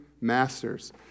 masters